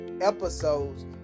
episodes